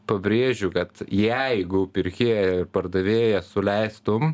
pabrėžiu kad jeigu pirkėją ir pardavėją suleistum